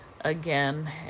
again